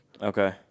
Okay